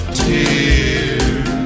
tears